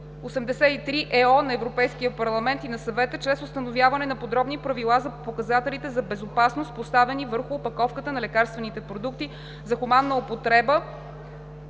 2001/83/ЕО на Европейския парламент и на Съвета чрез установяване на подробни правила за показателите за безопасност, поставени върху опаковката на лекарствените продукти за хуманна употреба